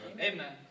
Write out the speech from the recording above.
Amen